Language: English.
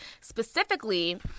Specifically